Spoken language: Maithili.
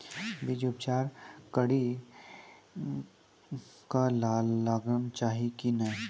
बीज उपचार कड़ी कऽ लगाना चाहिए कि नैय?